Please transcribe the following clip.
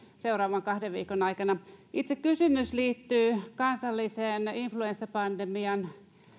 seuraavan kahden viikon aikana itse kysymys liittyy kansalliseen influenssapandemian